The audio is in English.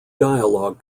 dialogue